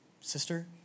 sister